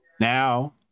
Now